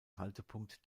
haltepunkt